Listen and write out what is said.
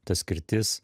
ta skirtis